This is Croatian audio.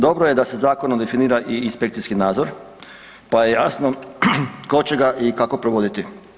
Dobro je da se zakonom definira i inspekcijski nadzor pa je jasno tko će ga i kako provoditi.